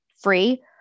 free